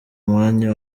mwanya